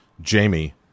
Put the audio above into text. Jamie